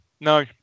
No